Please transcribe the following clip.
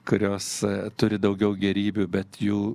kurios turi daugiau gėrybių bet jų